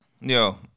yo